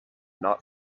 not